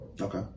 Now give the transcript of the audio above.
Okay